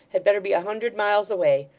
had better be a hundred miles away.